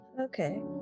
Okay